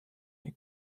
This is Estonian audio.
ning